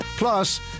Plus